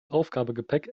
aufgabegepäck